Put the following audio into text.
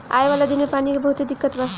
आवे वाला दिन मे पानी के बहुते दिक्कत बा